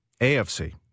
AFC